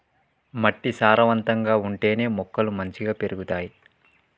మట్టి సారవంతంగా ఉంటేనే మొక్కలు మంచిగ పెరుగుతాయి